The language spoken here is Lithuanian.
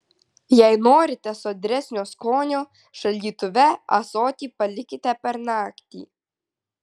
jei norite sodresnio skonio šaldytuve ąsotį palikite per naktį